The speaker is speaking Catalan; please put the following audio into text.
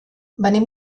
venim